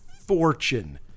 fortune